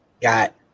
got